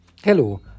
Hello